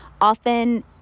Often